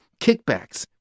Kickbacks